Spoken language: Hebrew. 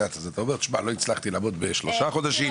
לא הצלחתי לעמוד בשלושה חודשים.